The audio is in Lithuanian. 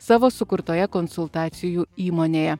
savo sukurtoje konsultacijų įmonėje